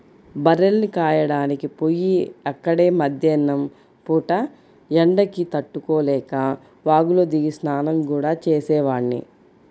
బర్రెల్ని కాయడానికి పొయ్యి అక్కడే మద్దేన్నం పూట ఎండకి తట్టుకోలేక వాగులో దిగి స్నానం గూడా చేసేవాడ్ని